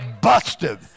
busted